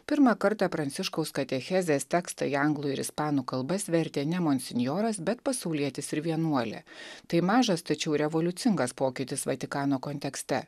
pirmą kartą pranciškaus katechezės tekstą į anglų ir ispanų kalbas vertė ne monsinjoras bet pasaulietis ir vienuolė tai mažas tačiau revoliucingas pokytis vatikano kontekste